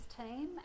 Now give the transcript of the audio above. team